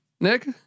Nick